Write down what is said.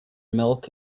milk